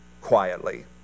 quietly